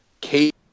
Kate